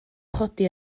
chodi